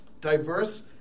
Diverse